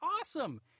awesome